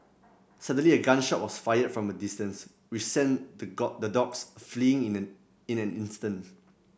suddenly a gun shot was fired from a distance which sent the the dogs fleeing in an in an instants